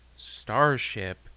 starship